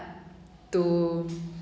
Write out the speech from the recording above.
to